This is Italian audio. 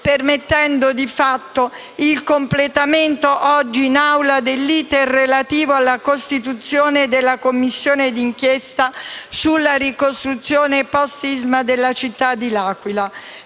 permettendo di fatto il completamento oggi in Aula dell'*iter* relativo alla costituzione della Commissione d'inchiesta sulla ricostruzione *post* sisma della città dell'Aquila.